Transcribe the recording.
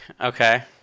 okay